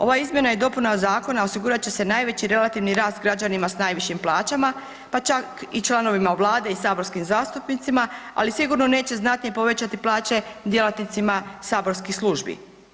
Ova izmjena i dopuna zakona osigurat će se najveći relativni rast građanima s najvišim plaćama, pa čak i članovima Vlade i saborskim zastupnicima ali sigurno neće znatnije povećati plaće djelatnicima saborskih službi.